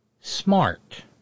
smart